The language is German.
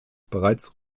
bereits